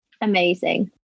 amazing